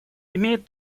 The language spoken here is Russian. имеют